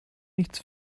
nichts